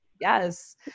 Yes